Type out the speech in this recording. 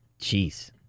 Jeez